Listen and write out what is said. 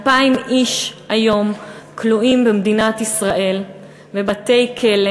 2,000 איש היום כלואים במדינת ישראל בבתי-כלא,